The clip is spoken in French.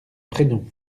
prénom